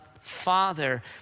Father